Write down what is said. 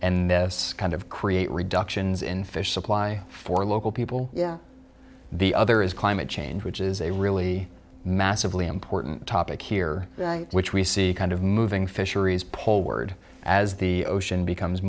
and this kind of create reductions in fish supply for local people yeah the other is climate change which is a really massively important topic here which we see kind of moving fisheries poleward as the ocean becomes